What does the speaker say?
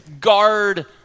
guard